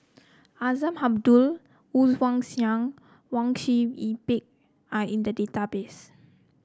Azman Abdullah Woon Wah Siang Wang Sui Pick are in the database